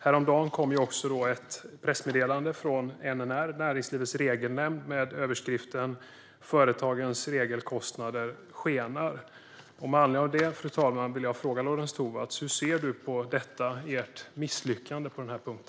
Häromdagen kom också ett pressmeddelande från NNR, Näringslivets Regelnämnd, med överskriften "Företagens regelkostnader skenar". Med anledning av detta vill jag, fru talman, fråga Lorentz Tovatt: Hur ser du på ert misslyckande på denna punkt?